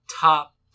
Top